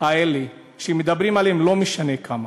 האלה שמדברים עליהן, לא משנה כמה,